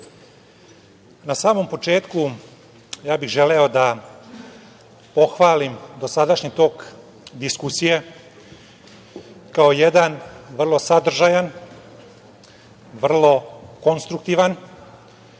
na samom početku ja bih želeo da pohvalim dosadašnji tok diskusije kao jedan vrlo sadržajan, vrlo konstruktivan